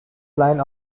line